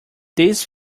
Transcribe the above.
these